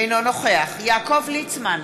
אינו נוכח יעקב ליצמן,